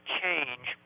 change